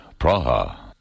Praha